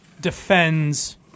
defends